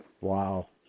Wow